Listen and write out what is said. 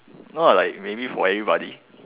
no like maybe for everybody